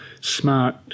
smart